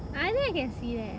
I think I can see that